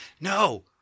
No